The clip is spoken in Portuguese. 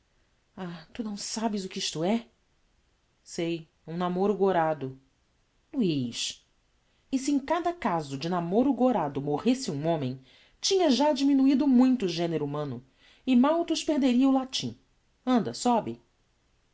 ah tu não sabes o que isto é sei um namoro gorado luiz e se em cada caso de namoro gorado morresse um homem tinha já diminuído muito o genero humano e malthus perderia o latim anda sobe